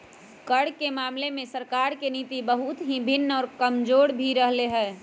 कर के मामले में सरकार के नीति बहुत ही भिन्न और कमजोर भी रहले है